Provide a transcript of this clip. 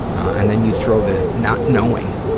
and then you throw the not knowing